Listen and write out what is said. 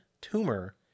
tumor